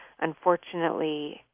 unfortunately